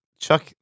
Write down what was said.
Chuck